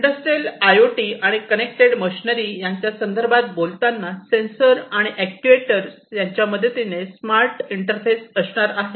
industrial I O T आणि connected machinery यांच्या संदर्भात बोलताना सेन्सर आणि अॅक्ट्युएटर यांच्या मदतीने स्मार्ट इंटरफेस असणार आहे